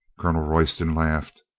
colonel royston laughed.